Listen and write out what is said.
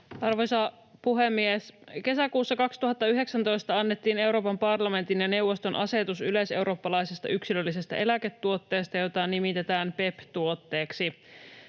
Arvoisa puhemies! Kesäkuussa 2019 annettiin Euroopan parlamentin ja neuvoston asetus yleiseurooppalaisesta yksilöllisestä eläketuotteesta, jota nimitetään PEPP-tuotteeksi.